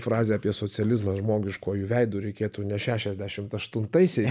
frazę apie socializmą žmogiškuoju veidu reikėtų ne šešiasdešim aštuntaisiais